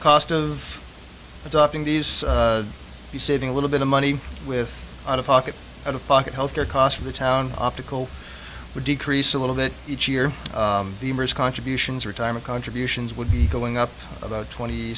cost of adopting these you saving a little bit of money with out of pocket out of pocket healthcare costs of the town optical would decrease a little bit each year contributions retirement contributions would be going up about twenty